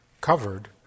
covered